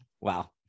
Wow